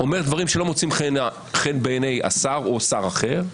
אומר דברים שלא מוצאים חן בעיני השר או שר אחר,